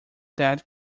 that